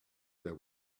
there